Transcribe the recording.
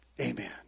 Amen